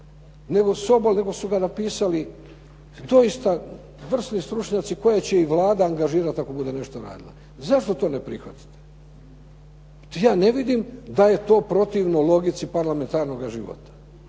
Sobol, nego su ga napisali doista vrsni stručnjaci koje će i Vlada angažirati ako bude nešto radila. Zašto to ne prihvatite? Ja ne vidim da je to protivno logici parlamentarnoga života,